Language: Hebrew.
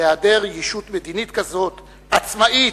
בהיעדר ישות מדיניות כזו, עצמאית,